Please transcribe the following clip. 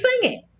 singing